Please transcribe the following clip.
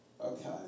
Okay